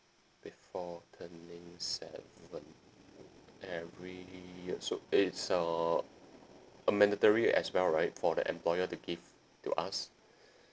before turning seven every year so it's uh a mandatory as well right for the employer to give to us